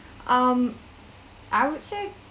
um I would say